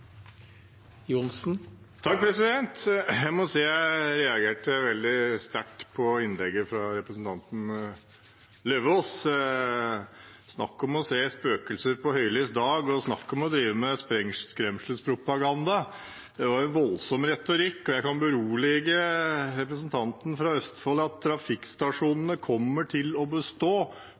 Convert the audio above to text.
Lauvås. Snakk om å se spøkelser ved høylys dag, og snakk om å drive med skremselspropaganda! Det var en voldsom retorikk. Jeg kan berolige representanten fra Østfold med at trafikkstasjonene kommer til å bestå,